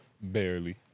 barely